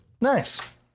Nice